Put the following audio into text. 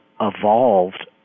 evolved